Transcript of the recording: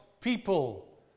people